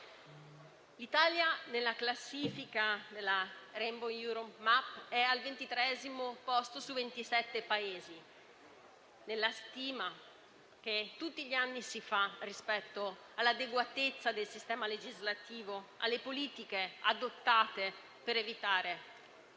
L'Italia, nella classifica della Rainbow Europe map, è al ventitreesimo posto su ventisette Paesi, nella stima che tutti gli anni si fa rispetto all'adeguatezza del sistema legislativo alle politiche adottate per evitare